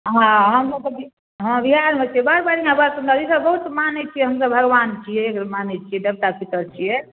हमरा हम अपन हँ बिहारमे छिए बड़ बढ़िआँ बड़ सुन्दर ईसब बहुत मानै छिए हमसब भगवान छिए मानै छिए देवता पितर छिए